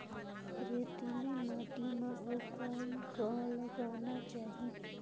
रेतीली माटी म अउ कौन का लगाना चाही?